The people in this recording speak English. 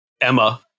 Emma